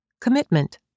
Commitment